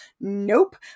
Nope